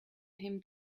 him